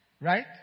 Right